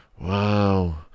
Wow